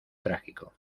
trágico